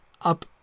up